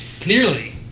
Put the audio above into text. Clearly